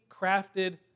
crafted